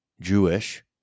Jewish